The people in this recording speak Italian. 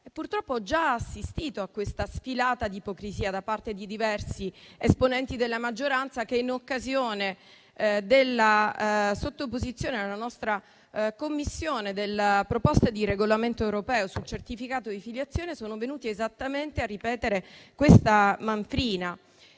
purtroppo ho già assistito a questa sfilata di ipocrisia da parte di diversi esponenti della maggioranza, che in occasione della sottoposizione alla nostra Commissione della proposta di Regolamento europeo sul certificato di filiazione sono venuti esattamente a ripetere questa manfrina.